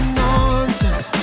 nonsense